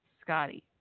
Scotty